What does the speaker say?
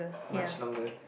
much longer